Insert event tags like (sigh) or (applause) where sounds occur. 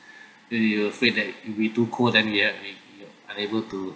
(breath) then we're afraid that we're too cold then we are we are unable to